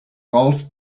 golf